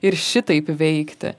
ir šitaip veikti